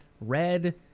red